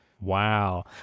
Wow